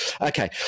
Okay